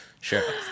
Sure